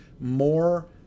more